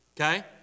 Okay